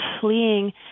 fleeing